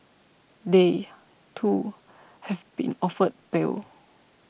they too have been offered bail